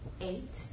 Eight